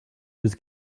just